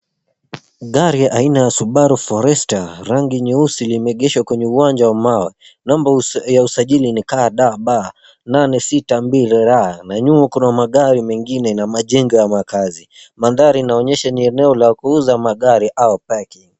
Gari aina ya Subaru Forester, rangi nyeusi limeegeshwa kwenye uwanja wa mawe. Namba ya usajili ni KDB 862R na nyuma kuna magari mengine na majengo ya makaazi. Mandhari inaonyesha ni eneo la kuuza magari au parking .